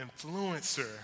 influencer